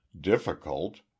difficult